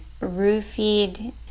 roofied